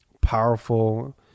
powerful